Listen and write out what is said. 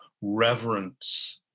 reverence